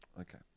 Okay